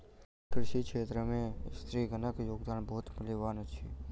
कृषि क्षेत्र में स्त्रीगणक योगदान बहुत मूल्यवान अछि